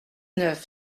neuf